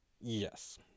Yes